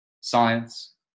science